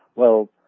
well,